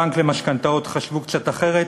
בבנק למשכנתאות חשבו קצת אחרת,